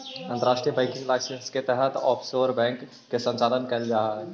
अंतर्राष्ट्रीय banking licence के तहत ऑफशोर बैंक के संचालन कैल जा हइ